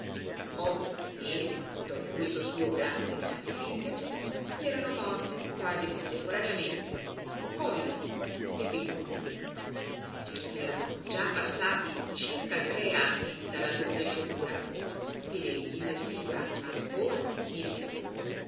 otto mesi dopo questo suo grande sacrifizio gli erano morte quasi contemporaneamente moglie e figliuola erano già passati circa tre anni dalla doppia sciagura ed egli vestiva ancora di nero